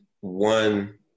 one